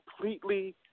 completely